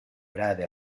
grave